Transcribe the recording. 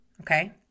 okay